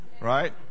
right